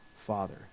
Father